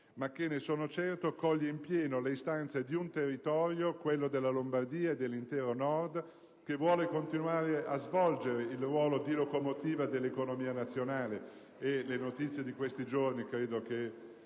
ma, ne sono certo, coglie in pieno le istanze di un territorio, quello della Lombardia e dell'intero Nord, che vuole continuare a svolgere il ruolo di locomotiva dell'economia nazionale - e le notizie di questi giorni credo ne